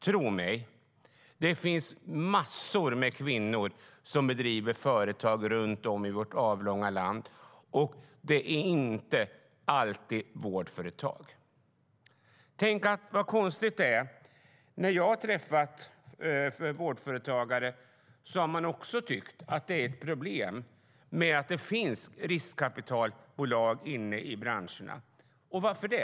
Tro mig, det finns massor med kvinnor som driver företag runt om i vårt avlånga land, och det är inte alltid vårdföretag. Vad konstigt det är! När jag träffar vårdföretagare har man tyckt att det är problem med att det finns riskkapitalbolag i de här branscherna. Varför det?